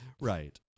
Right